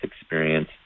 experience